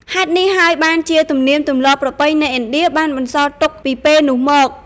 ហេតុនេះហើយបានជាទំនៀមទម្លាប់ប្រពៃណីឥណ្ឌាបានបន្សល់ទុកពីពេលនោះមក។